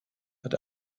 hat